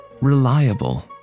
reliable